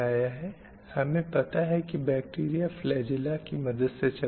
हमें पता है की बैक्टीरीया फ़्लैजेला की मदद से चलते हैं